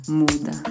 muda